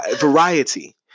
variety